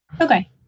Okay